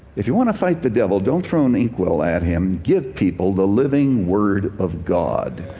if you want to fight the devil, don't throw any ink well at him, give people the living word of god.